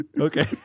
Okay